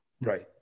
Right